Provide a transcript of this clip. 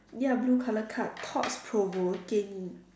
ya blue colour card thought provoking